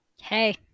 Hey